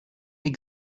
more